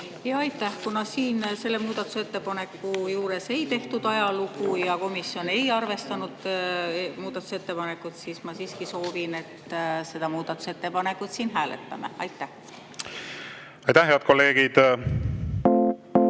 Aitäh! Kuna selle muudatusettepaneku juures ei tehtud ajalugu ja komisjon ei arvestanud muudatusettepanekut, siis ma siiski soovin, et me seda muudatusettepanekut siin hääletame. Aitäh! Head kolleegid,